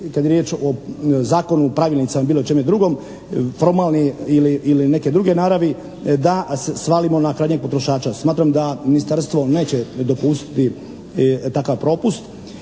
kad je riječ o zakonu, pravilnicima ili bilo čemu drugom formalni ili neke druge naravi da svalimo na krajnjeg potrošača. Smatram da ministarstvo neće dopustiti takav propust.